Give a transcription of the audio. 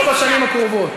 לא בשנים הקרובות.